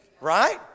right